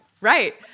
Right